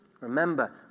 Remember